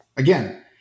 Again